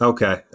Okay